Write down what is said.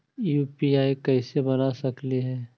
UPI कैसे बना सकली हे?